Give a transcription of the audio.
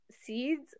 seeds